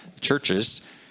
churches